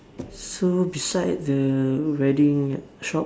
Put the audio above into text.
so beside the wedding shop